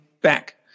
back